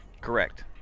Correct